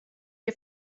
che